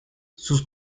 sus